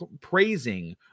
praising